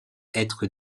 être